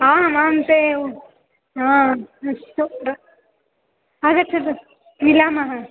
आम् आंते हा अस्तु आगच्छतु मिलामः